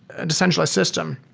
a decentralized system,